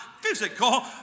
physical